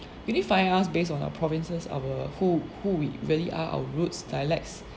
unifying us based on our provinces our who who we really are our roots dialects